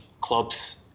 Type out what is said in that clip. clubs